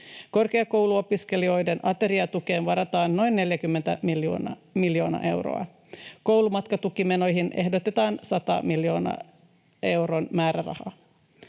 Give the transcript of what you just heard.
Korkeakouluopiskelijoiden ateriatukeen varataan noin 40 miljoona euroa. Koulumatkatukimenoihin ehdotetaan 100 miljoonan euron määrärahaa.